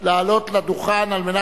תודה רבה.